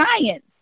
science